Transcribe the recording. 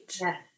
Yes